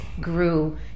grew